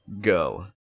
Go